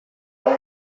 hubo